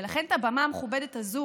ולכן, את הבמה המכובדת הזאת